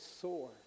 soar